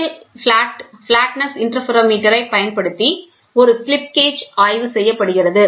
L flatness இன்டர்ஃபெரோமீட்டரைப் பயன்படுத்தி ஒரு ஸ்லிப் கேஜ் ஆய்வு செய்யப்படுகிறது